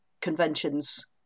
conventions